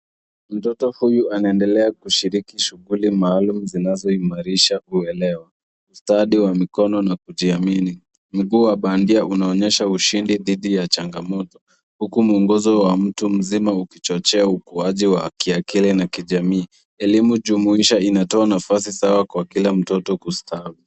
Mtoto huyu anaendelea kushiriki shughuli maalum zinazoimarisha kuelewa. Ustadi wa mikono na kujiamini. Mguu wa bandia unaonyesha ushindi dhidi ya changamoto, huku mwongozo wa mtu mzima ukichochea ukuaji wa kiakili na kijamii. Elimu jumuisha inatoa nafasi sawa kwa kila mtoto kustawi.